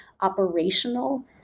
operational